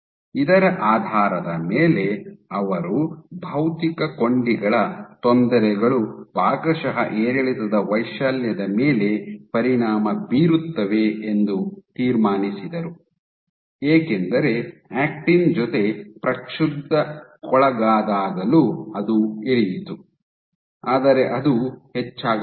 ಇದರ ಆಧಾರದ ಮೇಲೆ ಅವರು ಭೌತಿಕ ಕೊಂಡಿಗಳ ತೊಂದರೆಗಳು ಭಾಗಶಃ ಏರಿಳಿತದ ವೈಶಾಲ್ಯದ ಮೇಲೆ ಪರಿಣಾಮ ಬೀರುತ್ತವೆ ಎಂದು ತೀರ್ಮಾನಿಸಿದರು ಏಕೆಂದರೆ ಆಕ್ಟಿನ್ ಜೊತೆ ಪ್ರಕ್ಷುಬ್ದಕ್ಕೊಳಗಾದಾಗಲೂ ಅದು ಇಳಿಯಿತು ಆದರೆ ಅದು ಹೆಚ್ಚಾಗಲಿಲ್ಲ